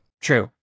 True